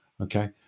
okay